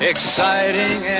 Exciting